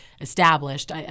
established